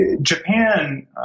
Japan